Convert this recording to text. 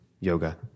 yoga